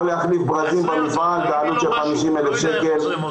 להחליף ברזים במפעל בעלות של 50,000 שקלים.